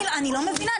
אני לא מבינה,